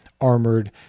armored